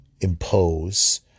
impose